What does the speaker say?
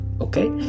okay